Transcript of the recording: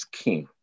king